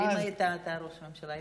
ואם אתה היית ראש ממשלה,